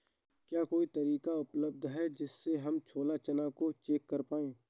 क्या कोई तकनीक उपलब्ध है जिससे हम छोला चना को चेक कर पाए?